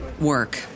work